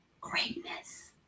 greatness